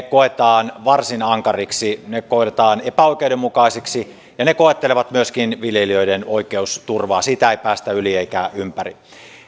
koetaan varsin ankariksi ne koetetaan epäoikeudenmukaisiksi ja ne koettelevat myöskin viljelijöiden oikeusturvaa siitä ei päästä yli eikä ympäri